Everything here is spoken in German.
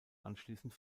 anschließend